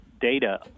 data